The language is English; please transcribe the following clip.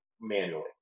manually